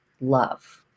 love